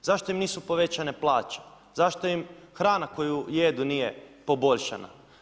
Zašto im nisu povećane plaće, zašto im hrana koju jedu nije poboljšana?